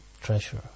treasure